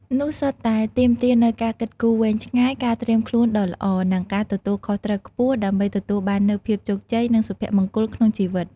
នោះសុទ្ធតែទាមទារនូវការគិតគូរវែងឆ្ងាយ ការត្រៀមខ្លួនដ៏ល្អ និងការទទួលខុសត្រូវខ្ពស់ដើម្បីទទួលបាននូវភាពជោគជ័យ និងសុភមង្គលក្នុងជីវិត។